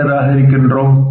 ஏன் நிராகரிக்கின்றோம்